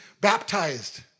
baptized